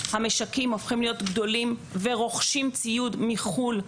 המשקים הופכים להיות גדולים ורוכשים ציוד מחו"ל,